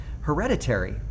hereditary